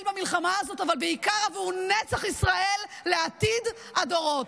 במלחמה הזאת ובעיקר עבור נצח ישראל לעתיד הדורות.